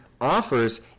offers